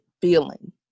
feeling